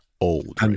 Old